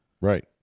Right